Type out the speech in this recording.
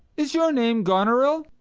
is your name goneril?